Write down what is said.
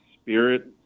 spirit